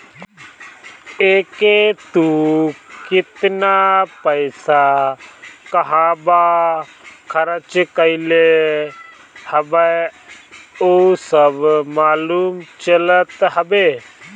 एके तू केतना पईसा कहंवा खरच कईले हवअ उ सब मालूम चलत हवे